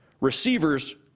receivers